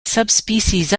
subspecies